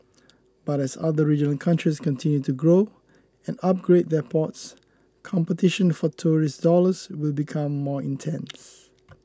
but as other regional countries continue to grow and upgrade their ports competition for tourist dollars will become more intense